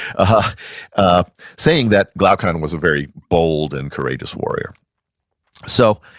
and um saying that glaucon was a very bold and courageous warrior so,